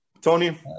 Tony